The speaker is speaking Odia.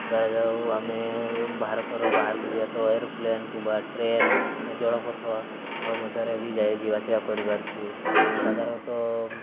ଧରାଯାଉ ଆମେ ଭାରତର ବାହାରକୁ ଯିବା ତ ଏରୋପ୍ଲେନ୍ କିମ୍ବା ଟ୍ରେନ୍ ଜଳପଥ ମଧ୍ୟରେ ବି ଯାଇ ଯିବା ଆସିବା କରିପାରୁଛୁ ଆମେ ସାଧାରଣତଃ